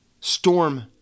storm